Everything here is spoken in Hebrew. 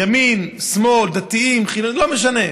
ימין, שמאל, דתיים, חילונים, לא משנה,